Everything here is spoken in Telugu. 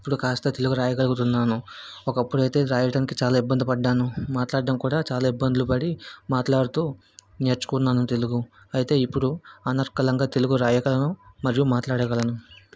ఇప్పుడు కాస్త తెలుగు రాయగలుగుతున్నాను ఒకప్పుడు అయితే రాయడానికి చాలా ఇబ్బందిపడ్డాను మాట్లాడడం కూడా చాలా ఇబ్బందులు పడి మాట్లాడుతు నేర్చుకున్నాను తెలుగు అయితే ఇప్పుడు అనర్కలంగా తెలుగు రాయగలను మరియు మాట్లాడగలను